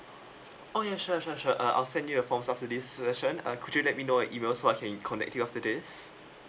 oh ya sure sure sure uh I'll send you a form after this section uh could you let me know your email so I can connect you after this